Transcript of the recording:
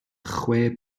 chwe